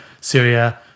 Syria